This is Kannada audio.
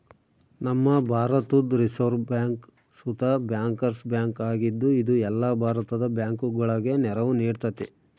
ನಮ್ಮ ಭಾರತುದ್ ರಿಸೆರ್ವ್ ಬ್ಯಾಂಕ್ ಸುತ ಬ್ಯಾಂಕರ್ಸ್ ಬ್ಯಾಂಕ್ ಆಗಿದ್ದು, ಇದು ಎಲ್ಲ ಭಾರತದ ಬ್ಯಾಂಕುಗುಳಗೆ ನೆರವು ನೀಡ್ತತೆ